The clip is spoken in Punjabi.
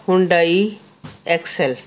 Hyundai Excel